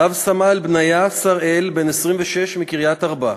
רב-סרן בניה שראל, בן 26, מקריית-ארבע,